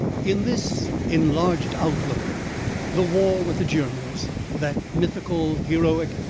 in this enlarged outlook the war with the germans that mythical, heroic,